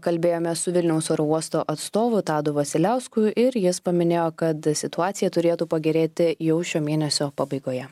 kalbėjomės su vilniaus oro uosto atstovu tadu vasiliausku ir jis paminėjo kad situacija turėtų pagerėti jau šio mėnesio pabaigoje